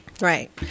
Right